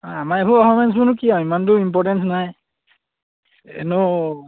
আমাৰ এইবোৰ পাৰফৰ্মেঞ্চবোৰনো কি আৰু ইমানটো ইম্পৰ্টেঞ্চ নাই এনেও